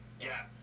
Yes